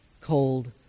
cold